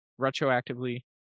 retroactively